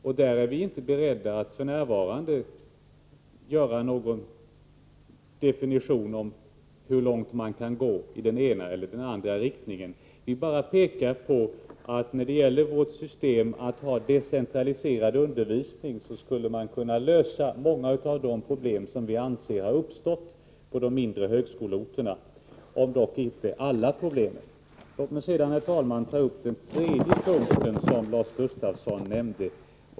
Där är vi f. n. inte beredda att göra någon definition av hur långt man kan gå i den ena eller andra riktningen. I fråga om systemet för decentraliserad undervisning har vi bara pekat på att man skulle kunna lösa många av de problem som vi anser har uppstått på de mindre högskoleorterna, dock inte alla problem. Herr talman! Låt mig sedan ta upp den tredje punkt som Lars Gustafsson nämnde.